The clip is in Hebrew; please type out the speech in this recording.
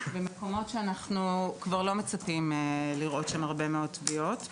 במקומות שאנחנו כבר לא מצפים לראות שם הרבה מאוד טביעות.